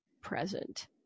present